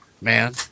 man